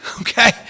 okay